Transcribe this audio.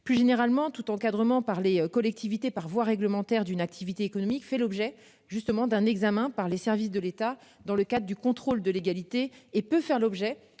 plus généralement tout encadrement par les collectivités par voie réglementaire d'une activité économique fait l'objet justement d'un examen par les services de l'État dans le cadre du contrôle de légalité et peut faire l'objet